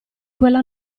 quella